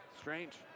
Strange